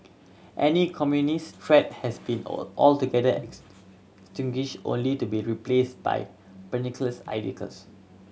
any communist threat has been all altogether extinguished only to be replaced by